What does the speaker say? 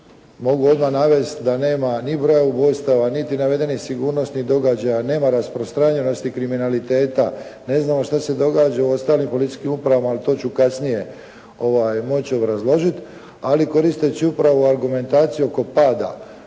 mogu odmah navesti da nema niti broja ubojstava, niti navedenih sigurnosnih događaja, nema raspostranjenosti i kriminaliteta, ne znamo što se događa u ostalim policijskim upravama ali to ću kasnije moći obrazložiti ali koristeći upravo argumentaciju oko pada